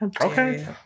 Okay